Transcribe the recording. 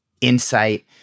insight